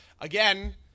again